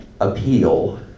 appeal